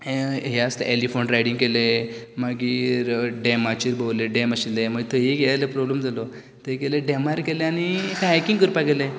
हें यें आसा तें एलिफंट रायडींग केलें मागीर डेमाचेर भोवली डेम आशिल्लें मागीर थंयी तें प्रोब्लम जालो थंय गेले डेमार गेले आनी कायाकींग करपाक गेले